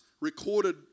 recorded